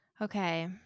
okay